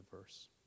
verse